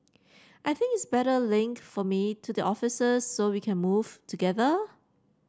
I think it's better link for me to the officers so we can move together